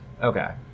Okay